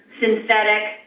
synthetic